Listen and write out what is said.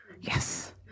Yes